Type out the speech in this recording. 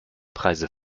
preise